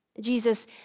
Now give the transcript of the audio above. Jesus